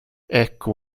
ecco